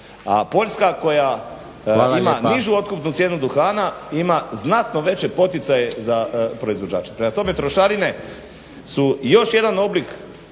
A Poljska koja ima nižu otkupnu cijenu duhana ima znatno veće poticaje za proizvođače. Prema tome, trošarine su još jedan oblik